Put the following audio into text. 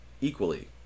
equally